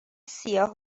سیاه